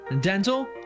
dental